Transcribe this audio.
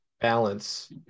balance